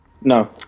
No